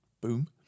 Boom